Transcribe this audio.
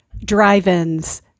drive-ins